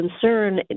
concern